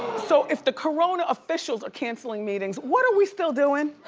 so if the corona official are canceling meetings, what are we still doing?